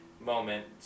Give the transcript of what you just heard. moment